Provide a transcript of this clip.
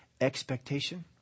expectation